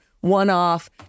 one-off